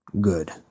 Good